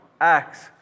Acts